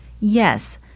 Yes